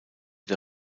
der